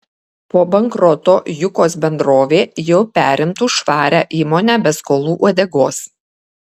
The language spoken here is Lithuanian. po bankroto jukos bendrovė jau perimtų švarią įmonę be skolų uodegos